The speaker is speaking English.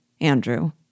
Andrew